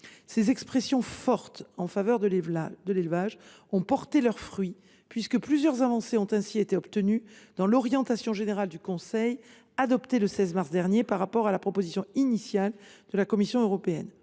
Ces interventions fortes en faveur de l’élevage ont porté leurs fruits, puisque plusieurs avancées ont ainsi été obtenues dans l’orientation générale du Conseil adoptée le 16 mars dernier par rapport à la proposition initiale de la Commission européenne